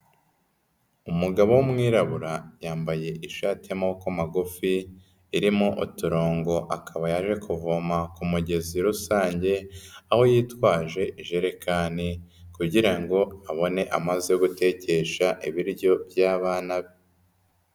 Umugabo w'umwirabura yambaye ishati y'amaboko magufi, irimo uturongo, akaba yaje kuvoma ku mugezi rusange, aho yitwaje ijerekani, kugira ngo abone amaze yo gutekesha ibiryo by'abana be.